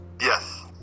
Yes